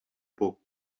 book